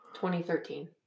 2013